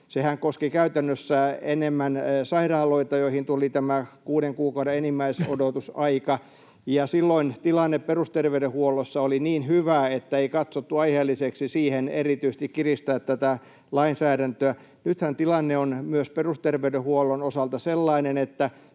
Sehän koski käytännössä enemmän sairaaloita, joihin tuli tämä kuuden kuukauden enimmäisodotusaika, ja silloin tilanne perusterveydenhuollossa oli niin hyvä, että ei katsottu aiheelliseksi erityisesti kiristää tätä lainsäädäntöä. Nythän tilanne on myös perusterveydenhuollon osalta sellainen,